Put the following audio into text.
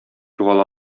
югала